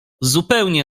zupełnie